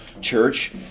church